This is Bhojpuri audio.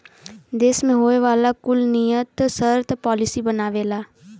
देस मे होए वाला कुल नियम सर्त पॉलिसी बनावेला